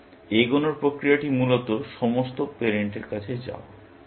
সুতরাং এগোনোর প্রক্রিয়াটি মূলত সমস্ত পারেন্টের কাছে যাওয়া